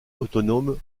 autonome